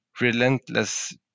relentless